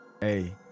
Hey